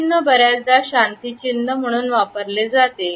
चिन्ह बऱ्याचदा शांती चिन्ह म्हणून वापरले जाते